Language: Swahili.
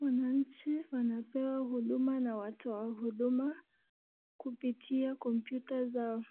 Wanachi wanapewa huduma na watu wa huduma, kupitia komputa zao,